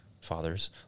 fathers